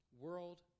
World